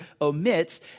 omits